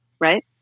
right